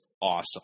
awesome